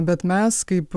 bet mes kaip